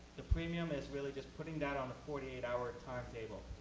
the premium is really just putting that on a forty eight hour timetable.